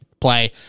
play